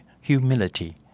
humility